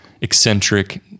eccentric